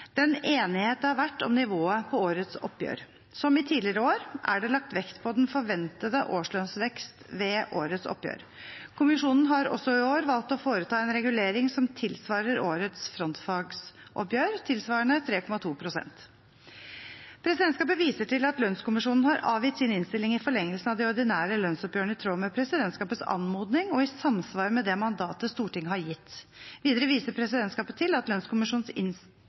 den enighet det har vært om nivået på årets oppgjør. Som i tidligere år er det lagt vekt på den forventede årslønnsvekst ved årets oppgjør. Kommisjonen har også i år valgt å foreta en regulering som tilsvarer årets frontfagsoppgjør, tilsvarende 3,2 pst. Presidentskapet viser til at lønnskommisjonen har avgitt sin innstilling i forlengelsen av de ordinære lønnsoppgjørene i tråd med presidentskapets anmodning og i samsvar med det mandatet Stortinget har gitt. Videre viser presidentskapet til at lønnskommisjonens